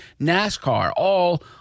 NASCAR—all